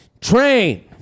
Train